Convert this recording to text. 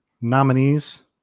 nominees